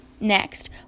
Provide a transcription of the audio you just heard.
Next